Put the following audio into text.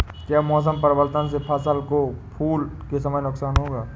क्या मौसम परिवर्तन से फसल को फूल के समय नुकसान होगा?